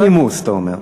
צריך נימוס, אתה אומר.